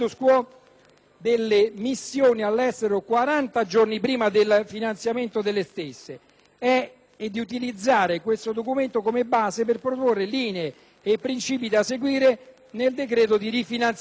delle missioni all'estero 40 giorni prima del finanziamento delle stesse e di utilizzare questo documento come base per proporre linee e principi da seguire nel decreto di rifinanziamento.